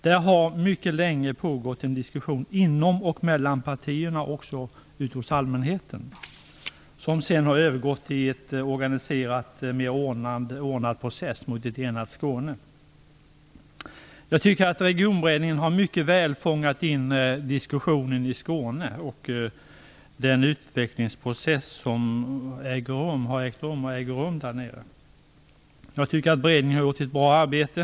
Där har mycket länge pågått en diskussion, inom och mellan partierna och också ute hos allmänheten, som sedan har övergått i en organiserad och mer ordnad process mot ett enat Jag tycker att Regionberedningen mycket väl har fångat in diskussionen i Skåne och den utvecklingsprocess som har ägt rum och äger rum där nere. Jag tycker att beredningen har gjort ett bra arbete.